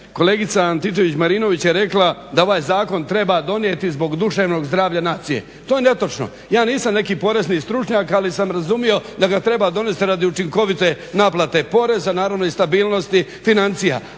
Kolegica Antičević-Marinović je rekla da ovaj zakon treba donijeti zbog duševnog zdravlja nacije. To je netočno. Ja nisam neki porezni stručnjak ali sam razumio da ga treba donesti radi učinkovite naplate poreza naravno i stabilnosti financija.